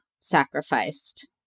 sacrificed